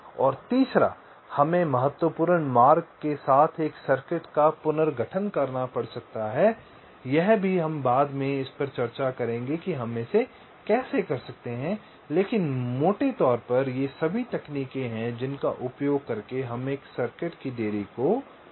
और तीसरा हमें महत्वपूर्ण मार्ग के साथ एक सर्किट का पुनर्गठन करना पड़ सकता है यह भी हम बाद में चर्चा करेंगे कि हम इसे कैसे कर सकते हैं लेकिन मोटे तौर पर ये सभी तकनीकें हैं जिनका उपयोग करके हम एक सर्किट की देरी को कम कर सकते हैं